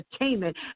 entertainment